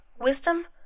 wisdom